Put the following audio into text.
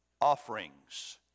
offerings